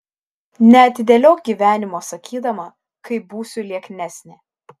neatidėliok gyvenimo sakydama kai būsiu lieknesnė